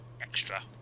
Extra